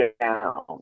down